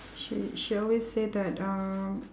she she always say that um